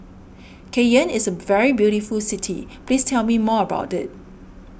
Cayenne is a very beautiful city please tell me more about it